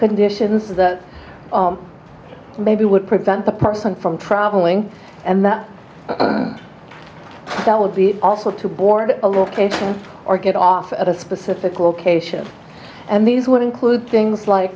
conditions that maybe would prevent the person from traveling and that would be also to board a location or get off at a specific location and these would include things like